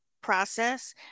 process